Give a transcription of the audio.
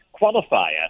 qualifier